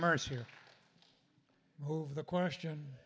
mercer the question